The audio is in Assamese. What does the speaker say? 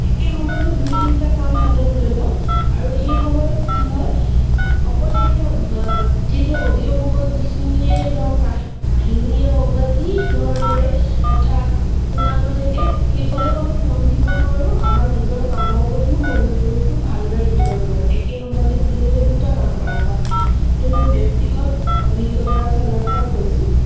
একে সময়তে দুই তিনিটা কাম হাতত লৈ লওঁ আৰু সেই সময়ত কি হয় অকল সেই যিটো অডিঅ' বুকত যিখিনিয়ে ধৰক কাহ কাহিনীয়ে হওক বা যি ধৰণৰেই কথা শুনা গৈ থাকে সেইফালেও আমি মন দিব নোৱাৰোঁ আমাৰ নিজৰ কামৰ প্ৰতিও মনোযোগটো ভালদৰে দিব নোৱাৰোঁ একে সময়তে যিহেতুকে দুটা কাম কৰা হয় এইটো মোৰ ব্যক্তিগত অভিজ্ঞতাৰ ফালৰ পৰা কৈছোঁ